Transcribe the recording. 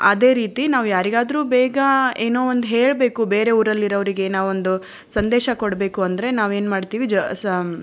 ಅದೇ ರೀತಿ ನಾವು ಯಾರಿಗಾದರೂ ಬೇಗ ಏನೋ ಒಂದು ಹೇಳಬೇಕು ಬೇರೆ ಊರಲ್ಲಿರೋವ್ರಿಗೆ ನಾವೊಂದು ಸಂದೇಶ ಕೊಡಬೇಕು ಅಂದರೆ ನಾವು ಏನು ಮಾಡ್ತೀವಿ ಜ ಸ